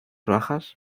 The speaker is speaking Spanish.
bajas